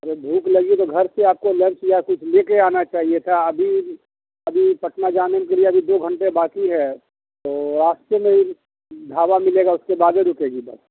اگر بھوک لگی ہے تو گھر سے آپ کو لنچ یا کچھ لے کے آنا چاہیے تھا ابھی ابھی پٹنہ جانے کے لیے ابھی دو گھنٹے باقی ہے تو راستے میں ہی ڈھابہ ملے گا اس کے بعدے رکے گی بس